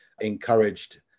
encouraged